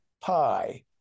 pie